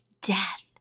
death